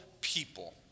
people